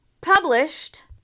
published